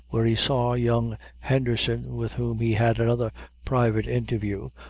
where he saw young henderson, with whom he had another private interview,